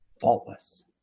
faultless